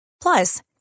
Plus